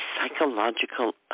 psychological